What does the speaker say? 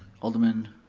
alderman